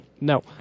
No